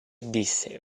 disse